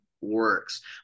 works